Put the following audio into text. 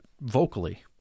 vocally